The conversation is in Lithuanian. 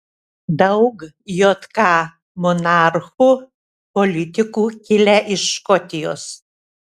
daug jk monarchų politikų kilę iš škotijos